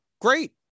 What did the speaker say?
Great